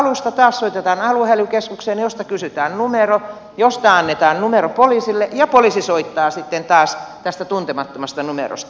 taas soitetaan aluehälytyskeskukseen josta kysytään numero josta annetaan numero poliisille ja poliisi soittaa sitten taas tästä tuntemattomasta numerosta